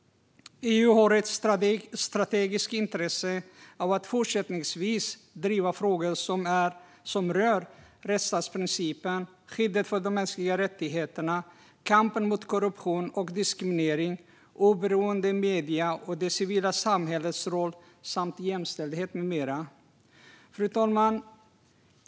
EU har ett strategiskt intresse av att fortsättningsvis driva frågor som rör rättsstatsprincipen, skyddet för de mänskliga rättigheterna, kampen mot korruption och diskriminering, oberoende medier, det civila samhällets roll samt jämställdhet med mera. Fru talman!